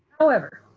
however,